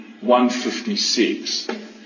156